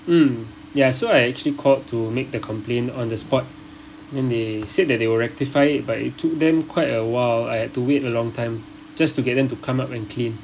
mm ya so I actually called to make the complaint on the spot then they said that they will rectify it but it took them quite a while I had to wait a long time just to get them to come up and clean